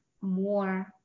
more